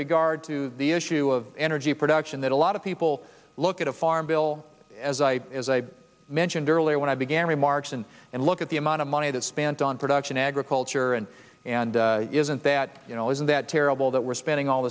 regard to the issue of energy production that a lot of people look at a farm bill as i mentioned earlier when i began remarks and and look at the amount of money that's spent on production agriculture and and isn't that you know isn't that terrible that we're spending all